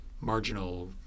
marginal